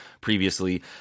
previously